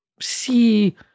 see